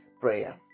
Prayer